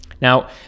now